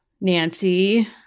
Nancy